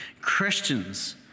Christians